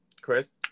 Chris